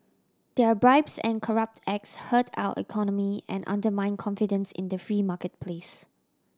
their bribes and corrupt acts hurt our economy and undermine confidence in the free marketplace